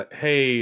hey